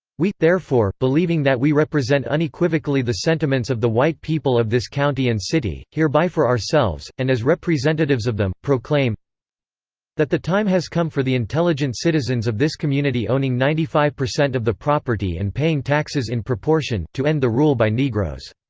we, therefore, believing that we represent unequivocally the sentiments of the white people of this county and city, hereby for ourselves, and as representatives of them, proclaim that the time has come for the intelligent citizens of this community owning ninety five percent of the property and paying taxes in proportion, to end the rule by negroes.